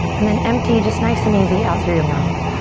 and then empty just nice and easy out through your mouth.